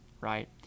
right